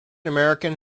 american